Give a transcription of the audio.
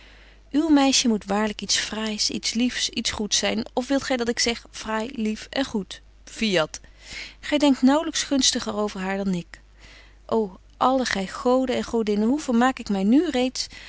uw meisje moet waarlyk iets fraais iets liefs iets goeds zyn of wilt gy dat ik zeg fraai lief en goed fiat gy denkt naauwlyks gunstiger over haar dan ik ô alle gy goden en godinnen hoe vermaak ik my nu reeds